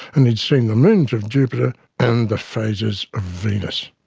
and he'd seen the moons of jupiter and the phases of venus.